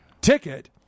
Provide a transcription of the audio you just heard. ticket